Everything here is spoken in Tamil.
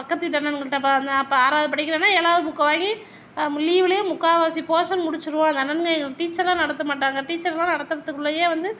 பக்கத்துக்கு வீட்டு அண்ணன்கள்கிட்ட நான் அப்போ ஆறாவது படிக்கிறேனா ஏழாவது புக்கை வாங்கி லீவுல முக்கால்வாசி போர்ஷன் முடிச்சுருவோம் அந்த அண்ணனுங்க எங்களுக்கு டீச்சராக நடத்த மாட்டாங்க டீச்சர்லாம் நடத்துறதுக்கு முன்னாடியே வந்து